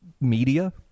media